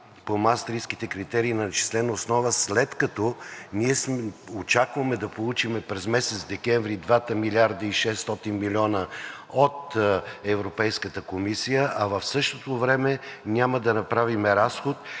по Маастрихтските критерии на начислена основа, след като ние очакваме да получим през месец декември и 2 милиарда и 600 милиона от Европейската комисия, а в същото време няма да направим разход,